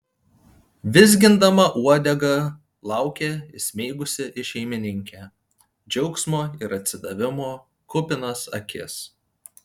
vizgindama uodegą laukė įsmeigusi į šeimininkę džiaugsmo ir atsidavimo kupinas akis